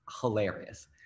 hilarious